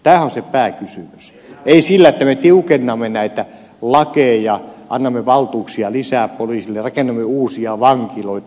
ei niin että me tiukennamme näitä lakeja annamme valtuuksia lisää poliisille rakennamme vankiloita lisää